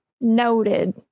noted